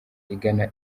igana